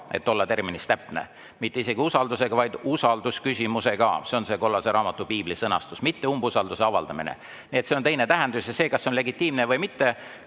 et olla terminis täpne, mitte isegi usaldusega, vaid usaldusküsimusega. See on see kollase raamatu, piibli sõnastus, mitte umbusalduse avaldamine. Sellel on teine tähendus. Ja see, kas see on legitiimne või mitte,